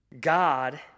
God